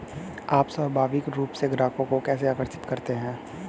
आप स्वाभाविक रूप से ग्राहकों को कैसे आकर्षित करते हैं?